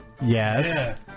Yes